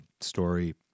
story